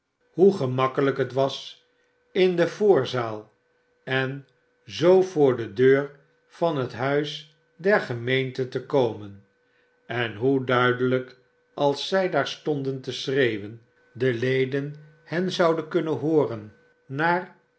hoe gemakkelijk het was in de voorzaal en zoo voor de deur van het huis der gemeenten te komen en hoe duidelijk als zij daar stonden te schreeuwen de leden hen zouden kunne'n hooren naar